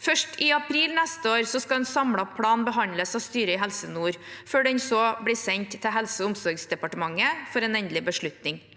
Først i april neste år skal en samlet plan behandles av styret i Helse nord, før den så blir sendt til Helse- og omsorgsdepartementet for en endelig beslutning.